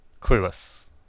Clueless